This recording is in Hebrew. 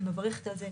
ואני מברכת על זה,